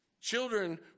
children